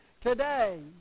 today